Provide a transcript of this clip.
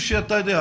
וכפי שאתה יודע,